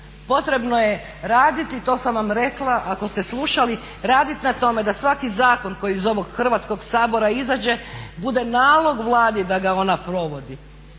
Potrebno je raditi, to sam vam rekla, ako ste slušali raditi na tome da svaki zakon koji iz ovog Hrvatskog sabora izađe bude nalog Vladi da ga ona provodi.